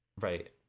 right